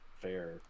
fair